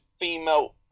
female